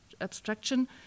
abstraction